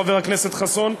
חבר הכנסת חסון,